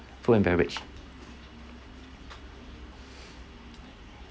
food and beverage